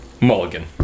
Mulligan